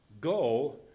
Go